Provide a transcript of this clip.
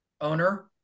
owner